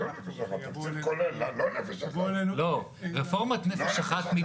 שאחר כך כשיבואו אלינו --- למה "נפש אחת"?